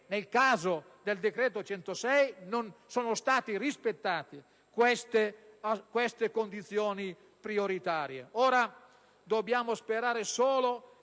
nel caso del decreto n. 106 non sono state rispettate queste condizioni prioritarie. Dobbiamo solo